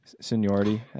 Seniority